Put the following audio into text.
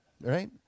Right